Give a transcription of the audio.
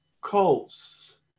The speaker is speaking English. Colts